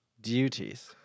duties